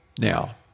now